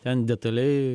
ten detaliai